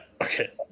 okay